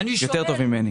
אני שואל --- יותר טוב ממני.